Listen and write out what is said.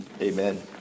amen